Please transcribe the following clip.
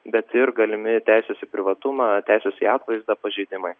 bet ir galimi teisės į privatumą teisės į atvaizdą pažeidimai